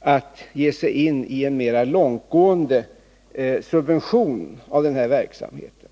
att ge sig på mer långtgående subventioner av verksamheten.